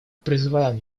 призываем